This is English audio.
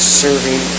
serving